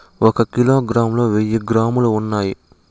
ఒక కిలోగ్రామ్ లో వెయ్యి గ్రాములు ఉన్నాయి